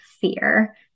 fear